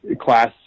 class